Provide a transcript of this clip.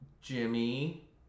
Jimmy